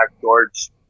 George